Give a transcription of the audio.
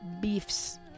beefs